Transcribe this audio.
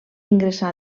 ingressà